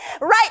Right